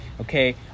Okay